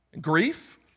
Grief